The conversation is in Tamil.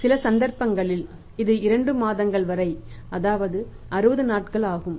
சில சந்தர்ப்பங்களில் இது 2 மாதங்கள் வரை அதாவது 60 நாட்கள் ஆகும்